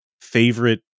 favorite